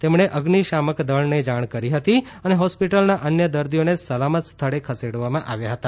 તેમણે અઝિશામક દળને જાણ કરી હતી અને હોસ્પિટલના અન્ય દર્દીઓને સલામત સ્થળે ખસેડવામાં આવ્યા હતા